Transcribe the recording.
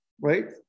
right